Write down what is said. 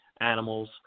animals